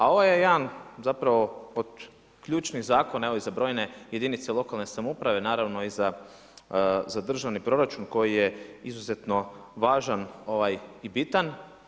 A ovo je jedan zapravo od ključni zakona, evo i za brojne jedinice lokalne samouprave, naravno i za državni proračun koji je izuzetno važan i bitan.